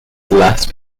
last